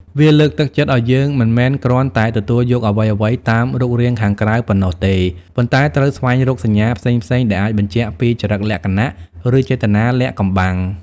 វាលើកទឹកចិត្តឲ្យយើងមិនមែនគ្រាន់តែទទួលយកអ្វីៗតាមរូបរាងខាងក្រៅប៉ុណ្ណោះទេ ប៉ុន្តែត្រូវស្វែងរកសញ្ញាផ្សេងៗដែលអាចបញ្ជាក់ពីចរិតលក្ខណៈ ឬចេតនាលាក់កំបាំង។